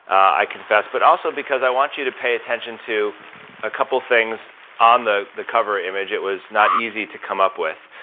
i confess, but also because i want you to pay attention to a couple things on the the cover image, it was not easy to come up with.